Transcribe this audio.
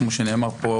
כמו שנאמר פה,